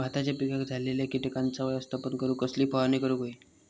भाताच्या पिकांक झालेल्या किटकांचा व्यवस्थापन करूक कसली फवारणी करूक होई?